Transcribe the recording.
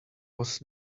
was